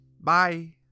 Bye